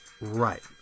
right